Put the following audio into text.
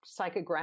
psychographic